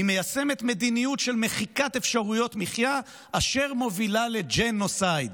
היא מיישמת מדיניות של מחיקת אפשרויות מחיה אשר מובילה לג'נוסייד.